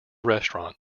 restaurant